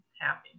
happy